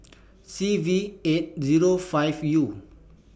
C V eight Zero five U